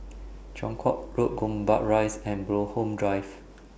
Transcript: Chong Kuo Road Gombak Rise and Bloxhome Drive